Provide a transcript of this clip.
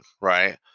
Right